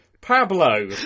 Pablo